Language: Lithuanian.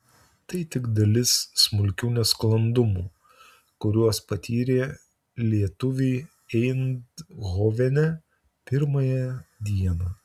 tai tik dalis smulkių nesklandumų kuriuos patyrė lietuviai eindhovene pirmąją dieną